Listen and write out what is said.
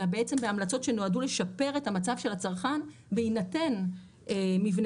אלא בהמלצות שנועדו לשפר את המצב של הצרכן בהינתן מבנה